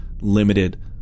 limited